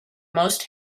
most